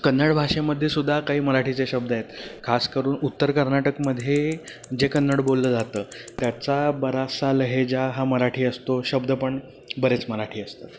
कन्नड भाषेमध्येसुद्धा काही मराठीचे शब्द आहेत खास करून उत्तर कर्नाटकमध्ये जे कन्नड बोललं जातं त्याचा बराचसा लहेजा हा मराठी असतो शब्द पण बरेच मराठी असतात